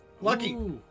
Lucky